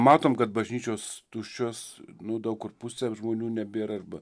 matom kad bažnyčios tuščios nu daug kur pusė žmonių nebėr arba